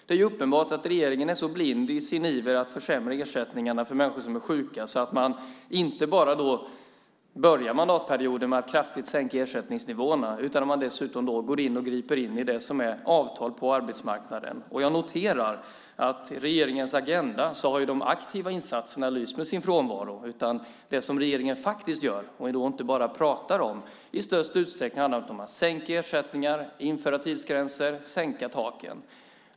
Det är uppenbart att regeringen är så blind i sin iver att försämra ersättningarna för människor som är sjuka att man inte bara börjar mandatperioden med att kraftigt sänka ersättningsnivåerna utan att man dessutom griper in i det som är avtal på arbetsmarknaden. Jag noterar att i regeringens agenda har de aktiva insatserna lyst med sin frånvaro. Det som regeringen faktiskt gör - inte bara pratar om - handlar i störst utsträckning om att sänka ersättningar, införa tidsgränser och sänka taken.